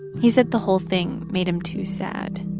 he said the whole thing made him too sad